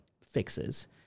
fixes